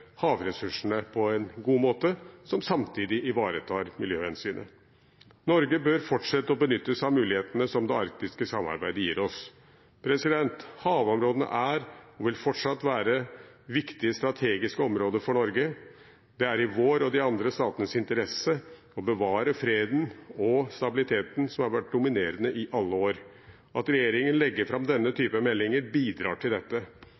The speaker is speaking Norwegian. havressursene på en god måte, samtidig som vi ivaretar miljøhensynet. Norge bør fortsette å benytte seg av mulighetene som det arktiske samarbeidet gir oss. Havområdene er og vil fortsatt være viktige strategiske områder for Norge. Det er i vår og i de andre statenes interesse å bevare freden og stabiliteten, som har vært dominerende i alle år. At regjeringen legger fram denne type meldinger, bidrar til dette.